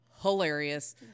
hilarious